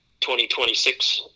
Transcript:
2026